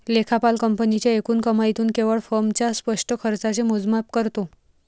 लेखापाल कंपनीच्या एकूण कमाईतून केवळ फर्मच्या स्पष्ट खर्चाचे मोजमाप करतो